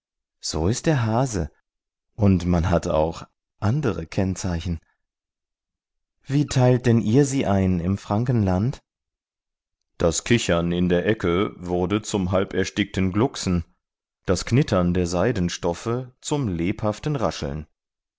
so ist der hase und man hat auch andere kennzeichen wie teilt denn ihr sie ein im frankenland das kichern in der ecke wurde zum halberstickten glucksen das knittern der seidenstoffe zum lebhaften rascheln